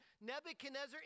Nebuchadnezzar